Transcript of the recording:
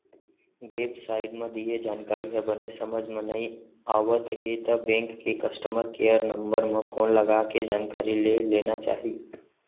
web site म दिये जानकारी ह बने समझ म नइ आवत हे त बेंक के कस्टमर केयर नंबर म फोन लगाके जानकारी ले लेना चाही